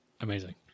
Amazing